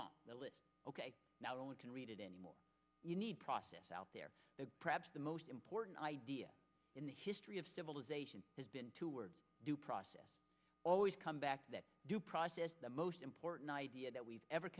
off the list ok now only can read it anymore you need process out there that perhaps the most important idea in the history of civilization has been to work due process always come back that due process the most important idea that we've ever